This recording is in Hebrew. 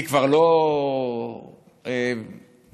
אני כבר לא משרת בגזרה,